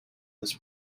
this